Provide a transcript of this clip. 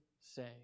say